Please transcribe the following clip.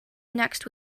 next